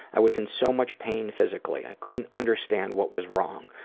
i was in so much pain physically. i couldn't understand what was wrong.